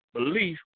Belief